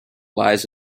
lies